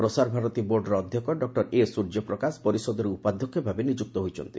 ପ୍ରସାରଭାରତୀ ବୋର୍ଡ଼ର ଅଧ୍ୟକ୍ଷ doctor A Surya Prakash ପରିଷଦର ଉପାଧ୍ୟକ୍ଷ ଭାବେ ନିଯୁକ୍ତ ହୋଇଛନ୍ତି